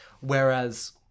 Whereas